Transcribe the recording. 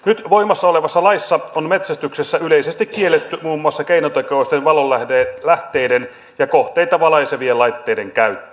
nyt voimassa olevassa laissa on metsästyksessä yleisesti kielletty muun muassa keinotekoisten valonlähteiden ja kohteita valaisevien laitteiden käyttö